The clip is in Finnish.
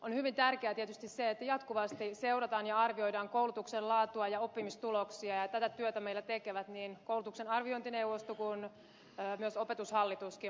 on hyvin tärkeää tietysti se että jatkuvasti seurataan ja arvioidaan koulutuksen laatua ja oppimistuloksia ja tätä työtä meillä tekevät niin koulutuksen arviointineuvosto kuin myös opetushallituskin